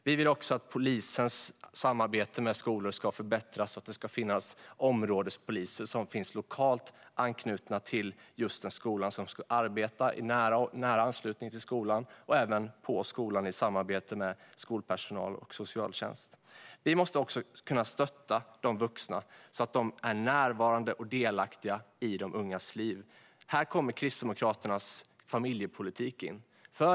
Vi vill också att polisens samarbete med skolor ska förbättras och att det ska finnas områdespoliser lokalt knutna just till den skola de ska arbeta nära och även på skolan i samarbete med skolpersonal och socialtjänst. Vi måste också stötta de vuxna så att de är närvarande och delaktiga i de ungas liv. Här kommer Kristdemokraternas familjepolitik in.